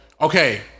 okay